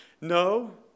No